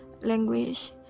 language